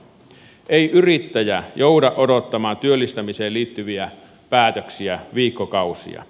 ei yrittäjä jouda odottamaan työllistämiseen liittyviä päätöksiä viikkokausia